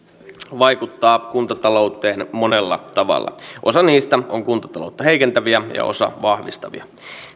vaikuttaa kuntatalouteen monella tavalla osa niistä on kuntataloutta heikentäviä ja osa vahvistavia